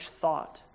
thought